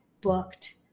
booked